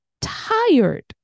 tired